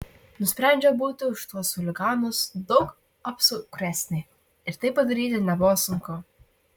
nusprendžiau būti už tuos chuliganus daug apsukresnė ir tai padaryti nebuvo sunku